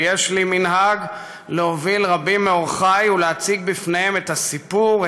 ויש לי מנהג להוביל רבים מאורחי ולהציג בפניהם את הסיפור,